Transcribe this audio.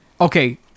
okay